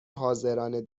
حاضران